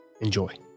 enjoy